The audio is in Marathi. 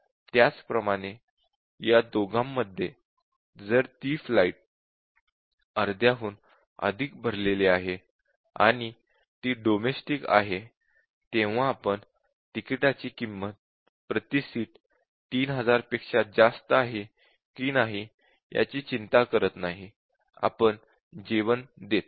त्याचप्रमाणे या दोघांमध्ये जर ती फ्लाइट अर्ध्याहून अधिक भरलेली आहे आणि ती डोमेस्टिक आहे तेव्हा आपण तिकिटाची किंमत प्रति सीट 3000 पेक्षा जास्त आहे की नाही याची चिंता करत नाही आपण जेवण देतो